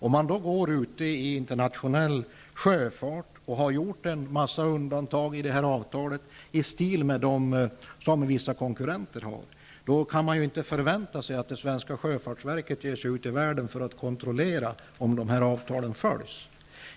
Går man sedan ute i internationell sjöfart med en mängd undantag i avtalet i stil med dem som vissa konkurrenter har, kan man inte förvänta sig att det svenska sjöfartsverket skall ge sig ut i världen för att kontrollera efterlevnaden av avtalen.